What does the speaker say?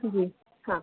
जी हाँ